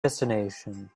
destination